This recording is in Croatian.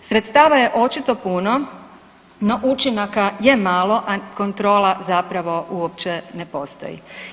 Sredstava je očito puno, no učinaka je malo, a kontrola zapravo uopće ne postoji.